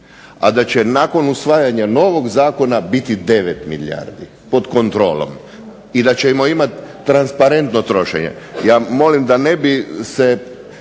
a da će nakon usvajanja novog zakona biti 9 milijardi pod kontrolom i da ćemo imati transparentno trošenje. Ja molim da ne bi se